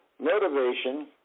motivation